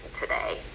today